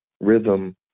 rhythm